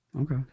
Okay